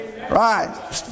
Right